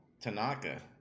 Tanaka